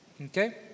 okay